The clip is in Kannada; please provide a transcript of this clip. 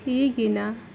ಈಗಿನ